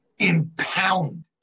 Impound